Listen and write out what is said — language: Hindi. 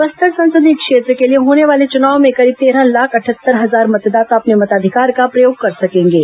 कल बस्तर संसदीय क्षेत्र के लिए होने वाले चुनाव में करीब तेरह लाख अठहत्तर हजार मतदाता अपने मताधिकार का प्रयोग कर सकेंगे